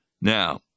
Now